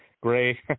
Gray